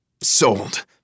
Sold